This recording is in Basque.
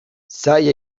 zaila